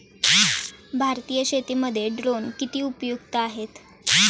भारतीय शेतीमध्ये ड्रोन किती उपयुक्त आहेत?